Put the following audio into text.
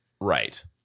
Right